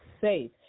safe